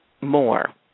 more